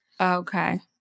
Okay